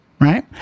Right